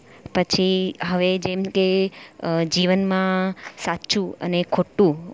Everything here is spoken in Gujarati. પછી હવે જેમ કે જીવનમાં સાચું અને ખોટું